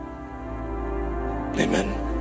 Amen